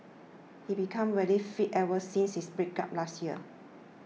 he became very fit ever since his breakup last year